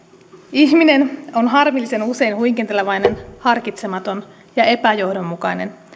ihminen on harmillisen usein huikentelevainen harkitsematon ja epäjohdonmukainen